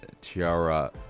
Tiara